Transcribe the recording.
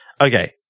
Okay